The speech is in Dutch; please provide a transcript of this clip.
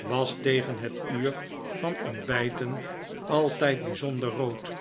was tegen het uur van ontbijten altijd bijzonder rood